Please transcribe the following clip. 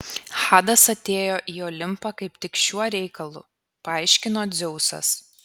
hadas atėjo į olimpą kaip tik šiuo reikalu paaiškino dzeusas